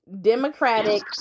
Democratic